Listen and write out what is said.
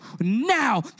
now